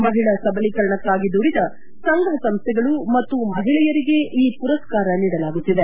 ಮಹಿಳಾ ಸಬಲೀಕರಣಕ್ಕಾಗಿ ದುಡಿದ ಸಂಘ ಸಂಸ್ಥೆಗಳು ಮತ್ತು ಮಹಿಳೆಯರಿಗೆ ಈ ಪುರಸ್ನಾರ ನೀಡಲಾಗುತ್ತಿದೆ